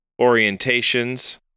orientations